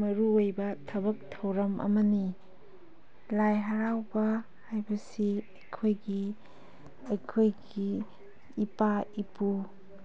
ꯃꯔꯨ ꯑꯣꯏꯕ ꯊꯕꯛ ꯊꯧꯔꯝ ꯑꯃꯅꯤ ꯂꯥꯏ ꯍꯔꯥꯎꯕ ꯍꯥꯏꯕꯁꯤ ꯑꯩꯈꯣꯏꯒꯤ ꯑꯩꯈꯣꯏꯒꯤ ꯏꯄꯥ ꯏꯄꯨ